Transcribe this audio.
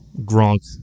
Gronk